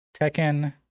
Tekken